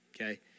okay